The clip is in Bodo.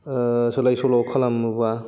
सोलाय सोल' खालामोबा